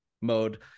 mode